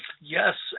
yes